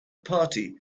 party